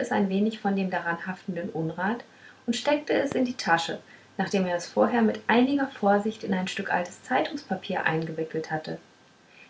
es ein wenig von dem daran haftenden unrat und steckte es in die tasche nachdem er es vorher mit einiger vorsicht in ein stück altes zeitungspapier eingewickelt hatte